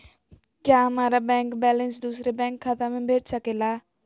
क्या हमारा bank balance दूसरे बैंक खाता में भेज सके ला?